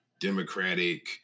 Democratic